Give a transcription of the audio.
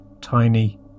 tiny